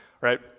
right